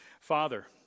Father